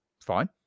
Fine